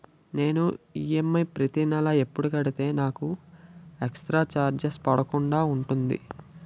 నేను ఈ.ఎం.ఐ ప్రతి నెల ఎపుడు కడితే నాకు ఎక్స్ స్త్ర చార్జెస్ పడకుండా ఉంటుంది?